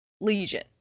Legion